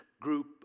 group